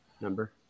Number